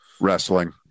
Wrestling